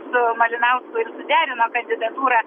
su malinausku derino kandidatūrą